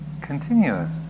continuous